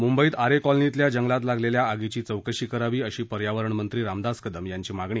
मुंबईत आरे कॉलनीतल्या जंगलात लागलेल्या आगीची चौकशी करावी अशी पर्यावरणमंत्री रामदास कदम यांची मागणी